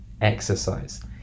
exercise